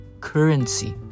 currency